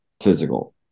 physical